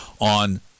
on